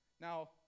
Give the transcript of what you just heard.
now